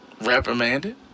reprimanded